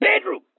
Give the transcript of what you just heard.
bedroom